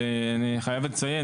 אני חייב לציין,